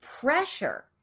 pressure